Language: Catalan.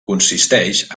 consisteix